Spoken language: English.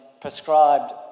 prescribed